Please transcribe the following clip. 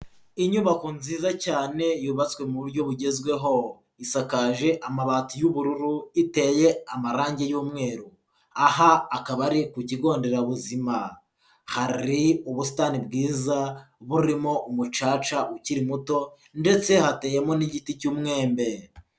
Inyubako nziza cyane yubatswe mu buryo bugezweho, isakaje amabati y'ubururu, iteye amarangi y'umweru, aha akaba ari ku kigo nderabuzima, hari ubusitani bwiza burimo umucaca ukiri muto ndetse hateyemo n'igiti cy'umwembe.